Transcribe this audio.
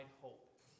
hope